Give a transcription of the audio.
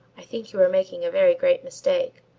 i think you are making a very great mistake,